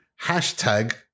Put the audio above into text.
Hashtag